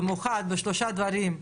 במיוחד בשלושה דברים,